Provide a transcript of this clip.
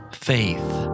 faith